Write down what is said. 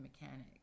mechanics